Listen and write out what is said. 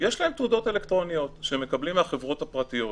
תעודות אלקטרוניות שהם מקבלים מהחברות הפרטיות,